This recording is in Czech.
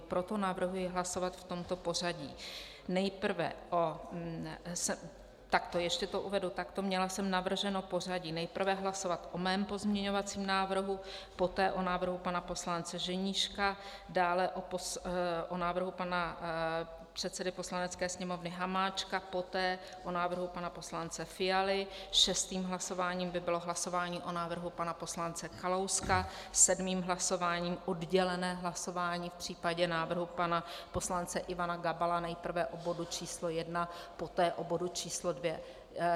Proto navrhuji hlasovat v tomto pořadí nejprve takto, ještě to uvedu takto: měla jsem navrženo pořadí nejprve hlasovat o mém pozměňovacím návrhu, poté o návrhu pana poslance Ženíška, dále o návrhu pana předsedy Poslanecké sněmovny Hamáčka, poté o návrhu pana poslance Fialy, šestým hlasováním by bylo hlasování o návrhu pana poslance Kalouska, sedmým hlasováním oddělené hlasování v případě návrhu pana poslance Ivana Gabala nejprve o bodu číslo 1, poté o bodu číslo 2.